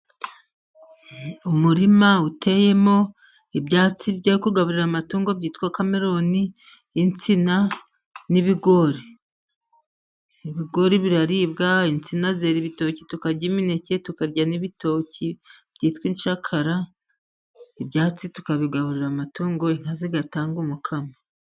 Umurima uteyemo ibyatsi byo kugaburira amatungo byitwa kameroni, insina n'ibigori . Ibigori biraribwa ,insina zera ibitoki tukarya imineke, tukarya n'ibitoki byitwa incakara. Ibyatsi tukabigaburira amatungo inka zigatanga umukamo.